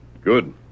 Good